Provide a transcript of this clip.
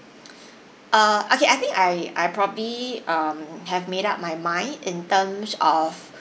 err okay I think I I probably um have made up my mind in terms of